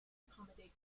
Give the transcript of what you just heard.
accommodate